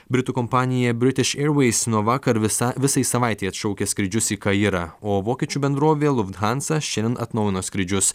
britų kompanija british airways nuo vakar visą visai savaitei atšaukė skrydžius į kairą o vokiečių bendrovė lufthansa šiandien atnaujino skrydžius